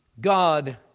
God